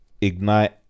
Ignite